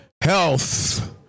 health